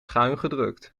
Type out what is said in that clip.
schuingedrukt